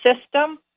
system